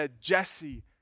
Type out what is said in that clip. Jesse